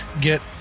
get